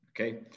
Okay